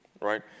right